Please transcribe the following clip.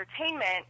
entertainment